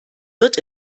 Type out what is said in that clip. wird